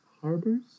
Harbors